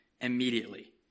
immediately